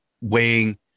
weighing